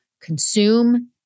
consume